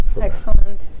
Excellent